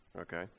Okay